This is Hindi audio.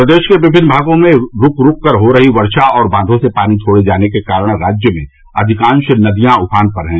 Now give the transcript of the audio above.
प्रदेश के विभिन्न भागों में रूक रूककर हो रही वर्षा और बांधों से पानी छोड़े जाने के कारण राज्य में अधिकांश नदियां ऊफान पर हैं